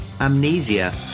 Amnesia